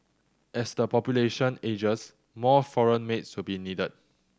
as the population ages more foreign maids will be needed